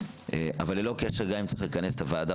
אבל ללא קשר גם אם צריך לכנס את הוועדה